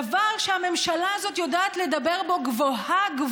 דבר שהממשלה הזאת יודעת לדבר בו גבוהה-גבוהה,